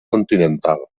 continental